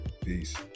Peace